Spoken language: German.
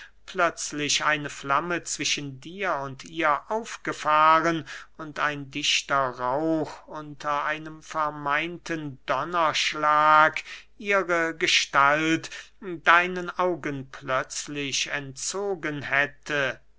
plötzlich eine flamme zwischen dir und ihr aufgefahren und ein dichter rauch unter einem vermeinten donnerschlag ihre gestalt deinen augen plötzlich entzogen hätte